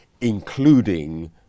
including